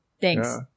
thanks